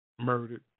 murdered